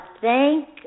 thank